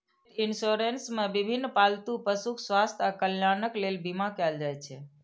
पेट इंश्योरेंस मे विभिन्न पालतू पशुक स्वास्थ्य आ कल्याणक लेल बीमा कैल जाइ छै